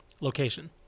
location